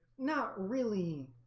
not really